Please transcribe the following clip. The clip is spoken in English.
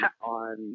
on